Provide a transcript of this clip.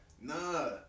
Nah